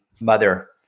mother